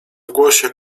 głosie